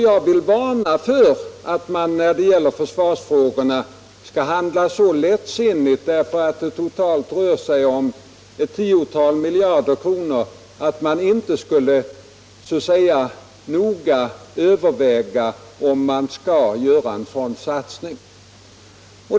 Jag vill varna för att man när det gäller försvarsfrågorna skall handla så lättsinnigt — för att försvaret totalt rör sig om ett tiotal miljarder kronor — att man inte noga skulle överväga om man bör göra en sådan satsning.